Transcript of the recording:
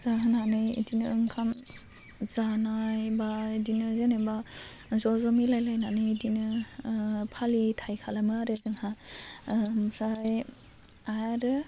फुजा होन्नानै बिदिनो ओंखाम जानाय बा बिदिनो जेनोबा ज' ज' मिलाय लायनानै बिदिनो फालिथाइ खालामो आरो जोंहा ओमफ्राय आरो